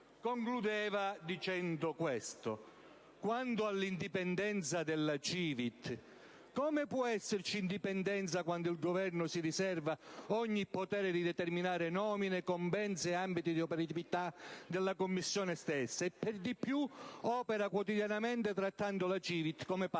concluse scrivendo quanto segue: «Quanto all'indipendenza della CiVIT, come può esserci indipendenza quando il Governo si riserva ogni potere di determinare nomine, compensi e ambiti di operatività della Commissione stessa? Per di più, opera quotidianamente trattando la CiVIT come parte del